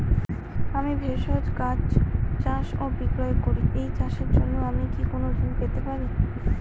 আমি ভেষজ গাছ চাষ ও বিক্রয় করি এই চাষের জন্য আমি কি কোন ঋণ পেতে পারি?